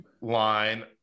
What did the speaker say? line